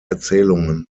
erzählungen